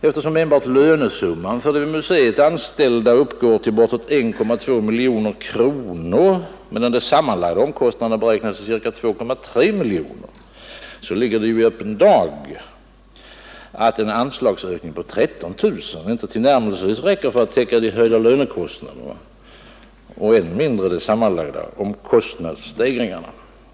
Eftersom enbart lönesumman för de vid muséet anställda uppgår till bortåt 1,2 miljoner kronor medan de sammanlagda omkostnaderna beräknats till cirka 2,3 miljoner kronor ligger det ju i öppen dag att en anslagsökning på 13 000 kronor inte tillnärmelsevis räcker för att täcka de höjda lönekostnaderna, än mindre de sammanlagda omkostnadsstegringarna.